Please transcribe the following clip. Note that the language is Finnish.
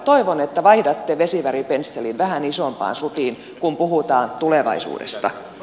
toivon että vaihdatte vesiväripensselin vähän isompaan sutiin kun puhutaan tulevaisuudesta